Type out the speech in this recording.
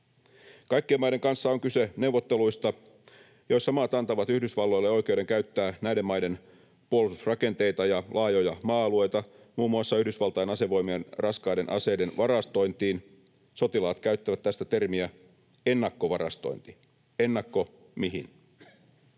Kaikkien maiden kanssa on kyse neuvotteluista, joissa maat antavat Yhdysvalloille oikeuden käyttää näiden maiden puolustusrakenteita ja laajoja maa-alueita muun muassa Yhdysvaltain asevoimien raskaiden aseiden varastointiin. Sotilaat käyttävät tästä termiä ”ennakkovarastointi” — ennakko mihin?